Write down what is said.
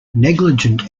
negligent